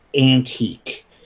antique